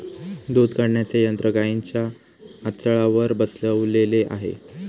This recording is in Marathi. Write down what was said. दूध काढण्याचे यंत्र गाईंच्या आचळावर बसवलेले आहे